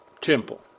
temple